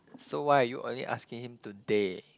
so why are you only asking him today